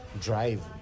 drive